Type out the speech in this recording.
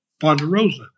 Ponderosa